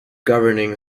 governing